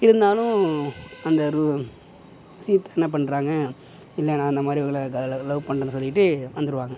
இருந்தாலும் அந்த சீதா என்ன பண்ணுறாங்க இல்லை நான் அந்தமாதிரி இவங்களை லவ் லவ் பண்றேன்னு சொல்லிவிட்டு வந்துடுவாங்க